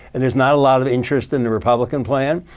and there's not a lot of interest in the republican plan.